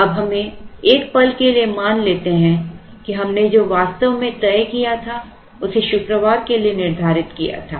अब हमें एक पल के लिए मान लेते हैं कि हमने जो वास्तव में तय किया था उसे शुक्रवार के लिए निर्धारित किया था